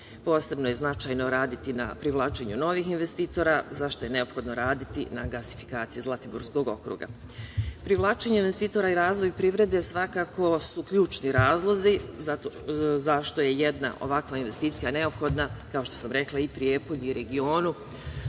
regionu. Posebno je značajno raditi na privlačenju novih investitora za šta je neophodno raditi i na gasifikaciji Zlatiborskog okruga. Privlačenje investitora i razvoj privrede su svakako ključni razlozi zašto je jedna ovakva investicija neophodna, kao što sam rekla i Prijepolju i regionu,